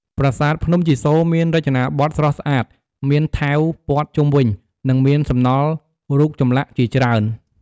ប្រាសាទភ្នំជីសូរមានរចនាបថស្រស់ស្អាត មានថែវព័ទ្ធជុំវិញ និងមានសំណល់រូបចម្លាក់ជាច្រើន។